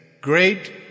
Great